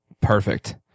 perfect